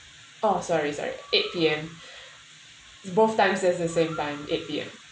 oh sorry sorry eight P_M both time is the same time eight P_M